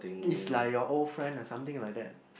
is like your old friend like something like that